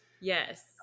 Yes